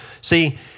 See